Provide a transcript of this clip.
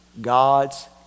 God's